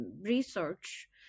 research